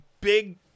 big